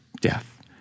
death